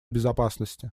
безопасности